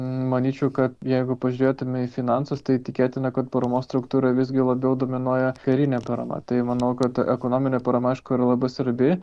manyčiau kad jeigu pažiūrėtume į finansus tai tikėtina kad paramos struktūroj visgi labiau dominuoja karinė parama tai manau kad ekonominė parama aišku yra labai svarbi